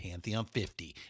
pantheon50